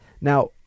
Now